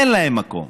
אין להם מקום.